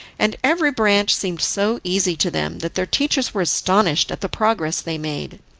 and every branch seemed so easy to them, that their teachers were astonished at the progress they made.